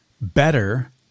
better